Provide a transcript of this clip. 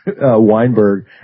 Weinberg